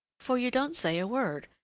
for you don't say a word,